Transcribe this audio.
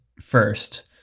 first